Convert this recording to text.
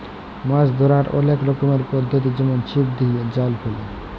মাছ ধ্যরার অলেক রকমের পদ্ধতি যেমল ছিপ দিয়ে, জাল ফেলে